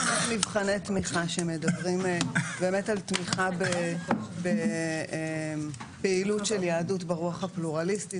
יש מבחני תמיכה שמדברים על תמיכה בפעילות של יהדות ברוח הפלורליסטית.